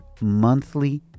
monthly